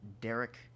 Derek